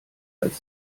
als